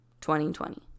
2020